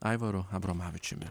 aivaru abromavičiumi